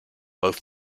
both